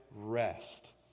rest